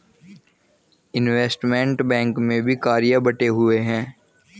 investment bank में भी कार्य बंटे हुए हैं